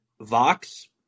vox